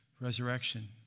resurrection